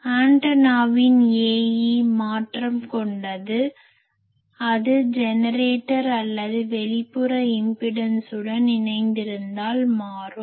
எனவே ஆண்டனாவின் Ae மாற்றம் கொண்டது அது ஜெனரேட்டர் அல்லது வெளிப்புற இம்பிடன்ஸ் உடன் இணைந்திருந்தால் மாறும்